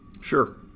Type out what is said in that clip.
sure